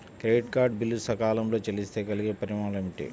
Credit card bill సకాలంలో చెల్లిస్తే కలిగే పరిణామాలేమిటి?